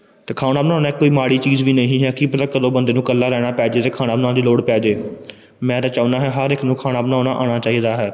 ਅਤੇ ਖਾਣਾ ਬਣਾਉਣਾ ਕੋਈ ਮਾੜੀ ਚੀਜ਼ ਵੀ ਨਹੀਂ ਹੈ ਕੀ ਪਤਾ ਕਦੋਂ ਬੰਦੇ ਨੂੰ ਇਕੱਲਾ ਰਹਿਣਾ ਪੈ ਜਾਵੇ ਅਤੇ ਖਾਣਾ ਬਣਾਉਣ ਦੀ ਲੋੜ ਪੈ ਜੇ ਮੈਂ ਤਾਂ ਚਾਹੁੰਦਾ ਹਾਂ ਹਰ ਇੱਕ ਨੂੰ ਖਾਣਾ ਬਣਾਉਣਾ ਆਉਣਾ ਚਾਹੀਦਾ ਹੈ